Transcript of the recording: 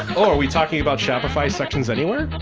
oh, are we talking about shopify sections anywhere?